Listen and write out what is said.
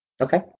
Okay